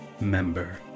member